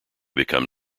become